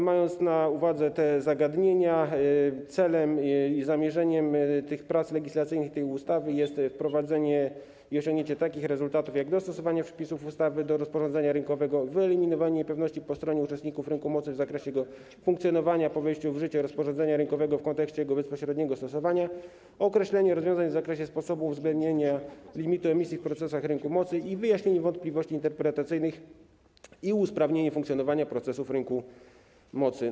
Mając na uwadze te zagadnienia, celem i zamierzeniem tych prac legislacyjnych i tej ustawy jest wprowadzenie i osiągnięcie takich rezultatów, jak: dostosowanie przepisów ustawy do rozporządzenia rynkowego, wyeliminowanie niepewności po stronie uczestników rynku mocy w zakresie jego funkcjonowania po wejściu w życie rozporządzenia rynkowego w kontekście jego bezpośredniego stosowania, określenie rozwiązań w zakresie sposobu uwzględnienia limitu emisji w procesach rynku mocy oraz wyjaśnienie wątpliwości interpretacyjnych i usprawnienie funkcjonowania procesów rynku mocy.